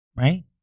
right